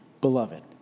beloved